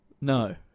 No